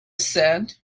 said